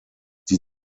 die